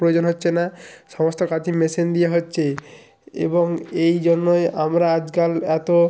প্রয়োজন হচ্চে না সমস্ত কাজই মেশিন দিয়ে হচ্ছে এবং এই জন্যই আমরা আজকাল এতো